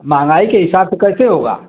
महँगाई के हिसाब से कैसे होगा